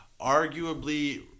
Arguably